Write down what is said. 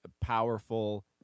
powerful